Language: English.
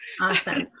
Awesome